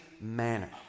manner